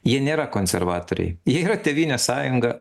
jie nėra konservatoriai jie yra tėvynės sąjunga